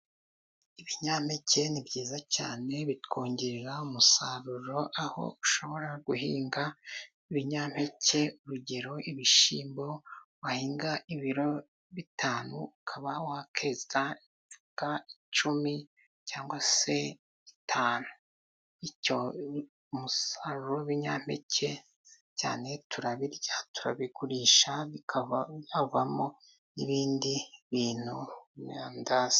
Ibinyampeke ni byiza cyane bitwongerera umusaruro, aho ushobora guhinga ibinyampeke, urugero ibishyimbo, wahinga ibiro bitanu ukaba wakeza icumi cyangwa se bitanu. Bityo umusaruro w'ibinyampeke cyane turabirya, turabigurisha bikaba havamo ibindi bintu nk'amandazi.